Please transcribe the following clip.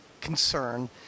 concern